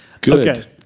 Good